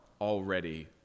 already